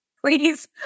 please